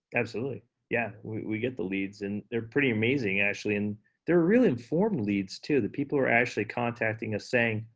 absolutely yeah. we get the leads and they're pretty amazing actually, and they're really informed leads too. the people are actually contacting us saying,